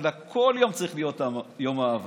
אלא כל יום צריך להיות יום האהבה.